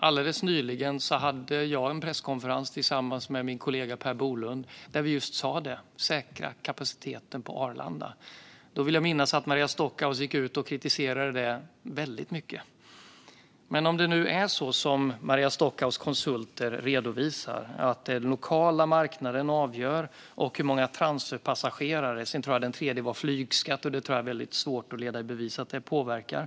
Alldeles nyligen hade jag en presskonferens tillsammans med min kollega Per Bolund där vi sa just det: Säkra kapaciteten på Arlanda! Jag vill minnas att Maria Stockhaus då gick ut och kritiserade det väldigt mycket. Maria Stockhaus konsulter redovisar alltså att den lokala marknaden avgör, liksom antalet transferpassagerare. Jag tror att det tredje var flygskatt, och jag tror att det är svårt att leda i bevis att det påverkar.